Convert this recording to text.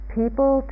people